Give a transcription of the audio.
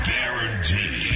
Guaranteed